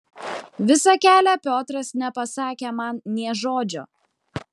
visą kelią piotras nepasakė man nė žodžio